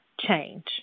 change